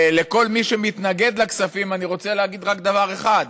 לכל מי שמתנגד לכספים אני רוצה להגיד רק דבר אחד: